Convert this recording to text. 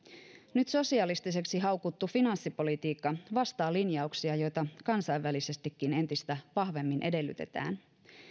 nyt sosialistiseksi haukuttu finanssipolitiikka vastaa linjauksia joita kansainvälisestikin entistä vahvemmin edellytetään